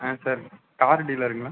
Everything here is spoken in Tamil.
ah sir car டீலருங்களா